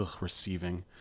receiving